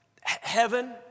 Heaven